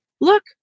look